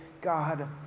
God